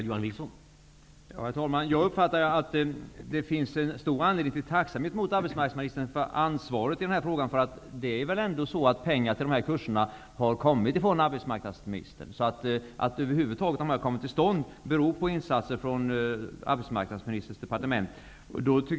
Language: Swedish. Herr talman! Jag har uppfattat att det finns stor anledning att hysa tacksamhet mot arbetsmarknadsministern för att han tagit ansvaret för denna fråga. Det är väl ändå så att pengar till dessa kurser har kommit från arbetsmarknadsministern. Att de över huvud taget kommit till stånd beror på insatser från arbetsmarknadsministerns departement.